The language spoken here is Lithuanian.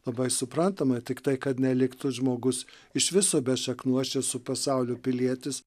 labai suprantama tiktai kad neliktų žmogus iš viso be šaknų aš esu pasaulio pilietis